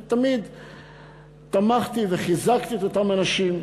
ותמיד תמכתי וחיזקתי את אותם אנשים.